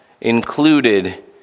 included